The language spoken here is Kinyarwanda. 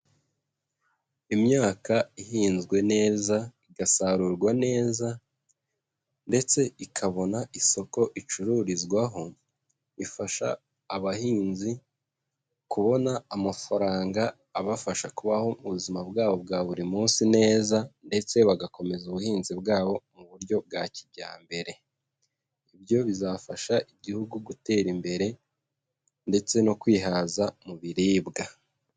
Imyaka ihinzwe neza igasarurwa neza ndetse ikabona isoko icururizwaho, ifasha abahinzi kubona amafaranga abafasha kubaho mu buzima bwabo bwa buri munsi neza ndetse bagakomeza ubuhinzi bwabo mu buryo bwa kijyambere. Ibyo bizafasha igihugu gutera imbere ndetse no kwihaza mu biribwa.